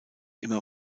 immer